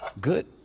Good